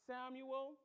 Samuel